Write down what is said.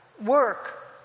work